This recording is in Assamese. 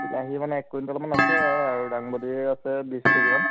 বিলাহী মানে এক কুইণ্টেলমান আছে আৰু দাংবদী আছে বিছ কেজিমান